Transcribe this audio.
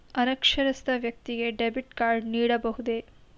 ಅನಕ್ಷರಸ್ಥ ವ್ಯಕ್ತಿಗೆ debit card ನೀಡಬಹುದೇ?